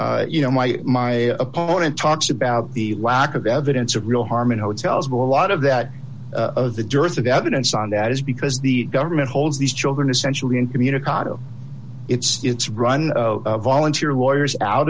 you know my my opponent talks about the lack of evidence of real harm in hotels will a lot of that the dearth of evidence on that is because the government holds these children essentially incommunicado it's run volunteer lawyers out